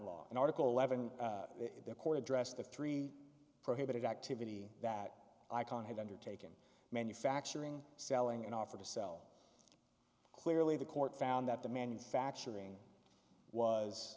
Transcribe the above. law an article levin the court addressed the three prohibited activity that icon had undertaken manufacturing selling and offer to sell clearly the court found that the manufacturing was